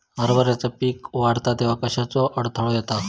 हरभरा पीक वाढता तेव्हा कश्याचो अडथलो येता?